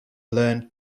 learned